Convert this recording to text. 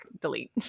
delete